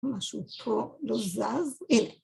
‫משהו פה לא זז